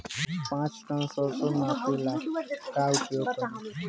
पाँच टन सरसो मापे ला का उपयोग करी?